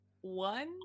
one